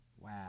Wow